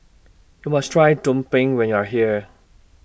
YOU must Try Tumpeng when YOU Are here